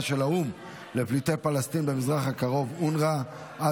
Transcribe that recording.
של האו"ם לפליטי פלסטין במזרח הקרוב )אונר"א(,